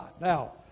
Now